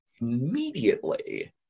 immediately